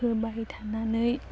होबाय थानानै